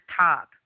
top